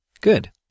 Good